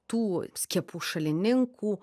tų skiepų šalininkų